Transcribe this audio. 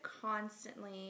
constantly